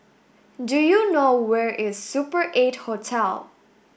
do you know where is Super Eight Hotel